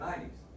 90s